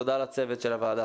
תודה לצוות של הוועדה.